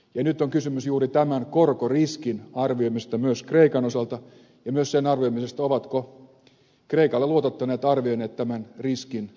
ja nyt on kysymys juuri tämän korkoriskin arvioimisesta myös kreikan osalta ja myös sen arvioimisesta ovatko kreikalle luotottaneet arvioineet tämän riskin oikein